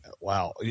wow